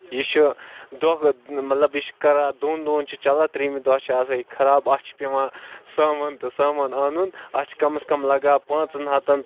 یہِ چھُ دوکھ مطلب یہِ چھُ کران دوٚن دۄہن چھُ چلان تریمہِ دۄہ چھُ آسان یہِ خراب اَتھ چھُ پیٚوان سَمان تہٕ سَمان اَنُن اَتھ چھِ کَم اَز کَم لگان پانژن ہَتن